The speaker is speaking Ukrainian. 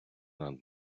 над